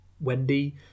Wendy